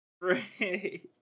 right